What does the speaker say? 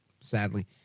sadly